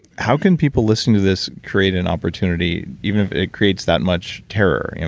how can people listening to this create an opportunity, even if it creates that much terror?